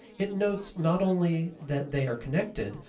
it notes not only that they are connected,